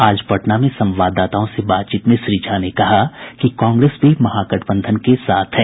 आज पटना में संवाददाताओं से बातचीत में श्री झा ने कहा कि कांग्रेस भी महागठबंधन के साथ है